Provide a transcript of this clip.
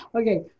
Okay